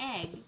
egg